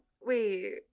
Wait